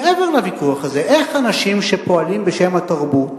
מעבר לוויכוח הזה, איך אנשים שפועלים בשם התרבות,